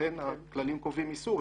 לכן הכללים קובעים איסור,